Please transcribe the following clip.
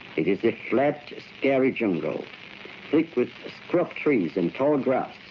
it is a flat scary jungle thick with shrub trees and tall grass,